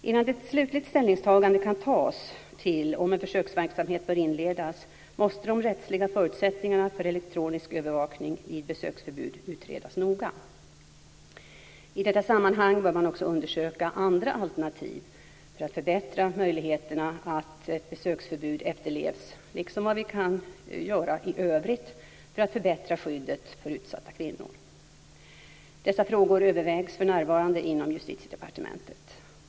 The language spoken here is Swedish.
Innan ett slutligt ställningstagande kan göras till om en försöksverksamhet bör inledas måste de rättsliga förutsättningarna för elektronisk övervakning vid besöksförbud utredas noga. I detta sammanhang bör man också undersöka andra alternativ för att förbättra möjligheterna till att ett besöksförbud efterlevs liksom för vad vi kan göra i övrigt för att förbättra skyddet för utsatta kvinnor. Dessa frågor övervägs för närvarande inom Justitiedepartementet.